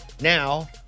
Now